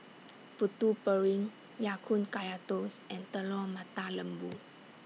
Putu Piring Ya Kun Kaya Toast and Telur Mata Lembu